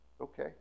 Okay